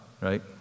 right